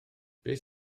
beth